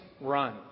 run